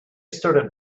started